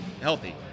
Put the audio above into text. healthy